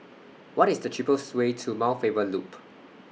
What IS The cheapest Way to Mount Faber Loop